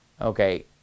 Okay